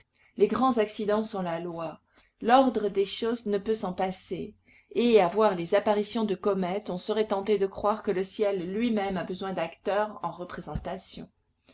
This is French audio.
les grands accidents sont la loi l'ordre des choses ne peut s'en passer et à voir les apparitions de comètes on serait tenté de croire que le ciel lui-même a besoin d'acteurs en représentation